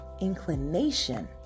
inclination